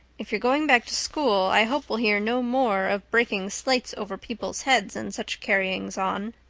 if you're going back to school i hope we'll hear no more of breaking slates over people's heads and such carryings on.